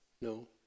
No